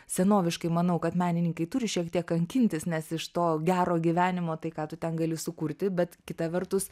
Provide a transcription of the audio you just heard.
senoviškai manau kad menininkai turi šiek tiek kankintis nes iš to gero gyvenimo tai ką tu ten gali sukurti bet kita vertus